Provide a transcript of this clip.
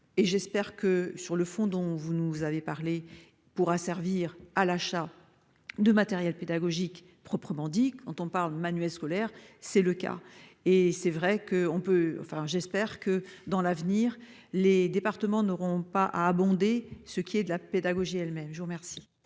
Et j'espère que sur le fond dont vous nous avez parlé pourra servir à l'achat. De matériels pédagogiques proprement dit, quand on parle de manuels scolaires. C'est le cas et c'est vrai que on peut enfin j'espère que dans l'avenir. Les départements n'auront pas abonder ce qui est de la pédagogie elles-mêmes je vous remercie.